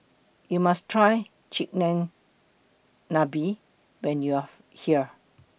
YOU must Try Chigenabe when YOU Are here